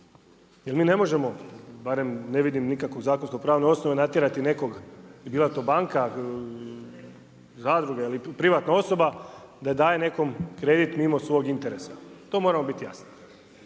Jer mi ne možemo, barem ne vidim nikakvo zakonsko pravo, na osnovu natjerati nekoga, bila to banka, zadruga ili privatna osoba da daje nekom kredit mimo svog interesa. To moramo biti jasni.